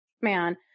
man